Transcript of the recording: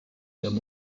der